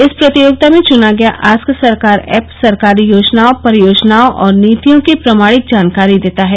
इस प्रतियोगिता में चुना गया आस्क सरकार ऐप सरकारी योजनाओं परियोजनाओं और नीतियों की प्रामाणिक जानकारी देता है